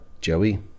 Joey